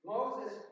Moses